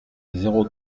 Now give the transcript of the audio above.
zéro